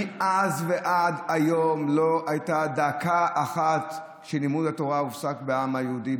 מאז ועד היום לא הייתה דקה אחת שלימוד התורה הופסק בעם היהודי,